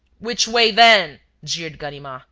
which way, then? jeered ganimard.